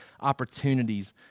opportunities